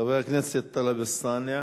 חבר הכנסת טלב אלסאנע,